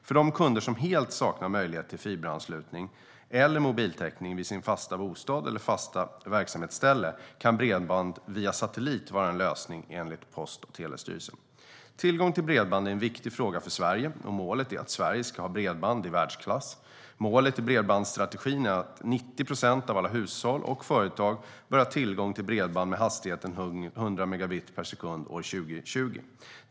För de kunder som helt saknar möjlighet till fiberanslutning eller mobiltäckning vid sin fasta bostad eller sitt fasta verksamhetsställe kan bredband via satellit vara en lösning enligt Post och telestyrelsen. Tillgång till bredband är en viktig fråga för Sverige och målet är att Sverige ska ha bredband i världsklass. Målet i bredbandsstrategin är att 90 procent av alla hushåll och företag bör ha tillgång till bredband med hastigheten 100 megabit per sekund år 2020.